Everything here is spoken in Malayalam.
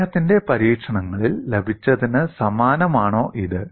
അദ്ദേഹത്തിന്റെ പരീക്ഷണങ്ങളിൽ ലഭിച്ചതിന് സമാനമാണോ ഇത്